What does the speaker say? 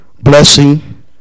blessing